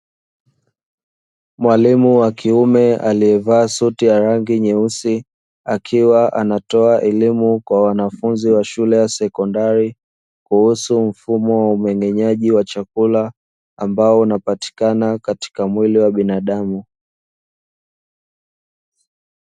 Mwalimu wa kiume aliyevaa suti ya rangi nyeusi, akiwa anatoa elimu kwa wanafunzi wa shule ya sekondari, kuhusu mfumo umeng'enyaji wa chakula ambao unapatikana katika mwili wa binadamu.